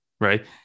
Right